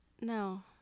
No